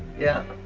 yeah.